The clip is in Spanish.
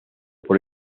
por